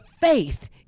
faith